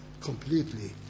completely